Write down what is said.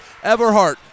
Everhart